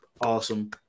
awesome